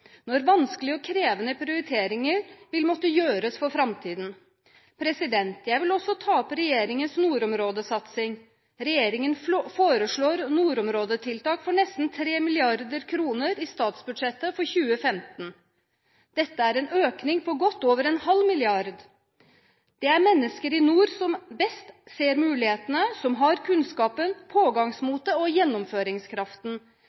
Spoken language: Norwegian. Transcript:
når vanskelige og krevende prioriteringer vil måtte gjøres for framtiden. Jeg vil også ta opp regjeringens nordområdesatsing. Regjeringen foreslår nordområdetiltak for nesten 3 mrd. kr i statsbudsjettet for 2015. Dette er en økning på godt over en halv milliard. Det er menneskene i nord som best ser mulighetene, som har kunnskapen,